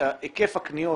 היקף הקניות